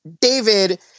david